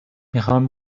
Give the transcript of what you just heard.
میخام